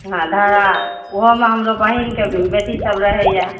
हँ धारा ओहोमे हमरो बहिनके बेटीसभ रहयए